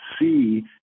see